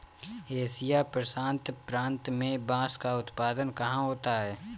Asia प्रशांत प्रांत में बांस का उत्पादन कहाँ होता है?